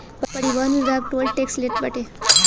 परिवहन विभाग toll tax लेत बाटे